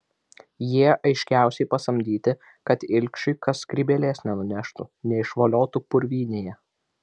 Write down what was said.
jie aiškiausiai pasamdyti kad ilgšiui kas skrybėlės nenuneštų neišvoliotų purvynėje